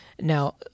Now